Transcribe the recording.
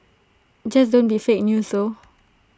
just don't be fake news though